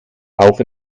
auch